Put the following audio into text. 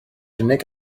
unig